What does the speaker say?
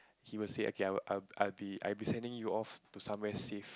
he would say okayI'll I'd be I'd be sending you off to somewhere safe